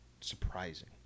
surprising